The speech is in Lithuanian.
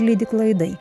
leidykla aidai